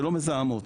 שלא מזהמות.